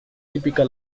típica